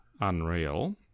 unreal